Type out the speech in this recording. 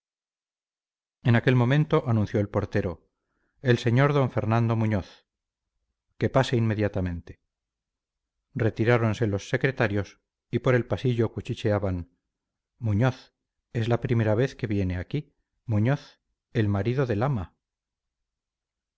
en aquel momento anunció el portero el sr d fernando muñoz que pase inmediatamente retiráronse los secretarios y por el pasillo cuchicheaban muñoz es la primera vez que viene aquí muñoz el marido del ama